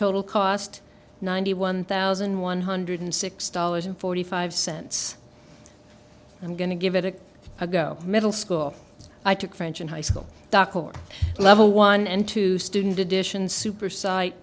total cost ninety one thousand one hundred six dollars and forty five cents i'm going to give it a go middle school i took french in high school doc or level one and two student edition super site